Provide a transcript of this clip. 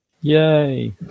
Yay